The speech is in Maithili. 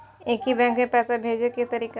एक ही बैंक मे पैसा भेजे के तरीका?